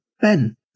Ben